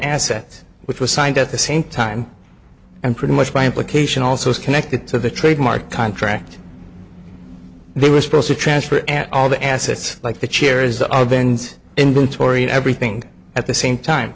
assets which was signed at the same time and pretty much by implication also is connected to the trademark contract they were supposed to transfer and all the assets like the chairs are bent inventoried everything at the same time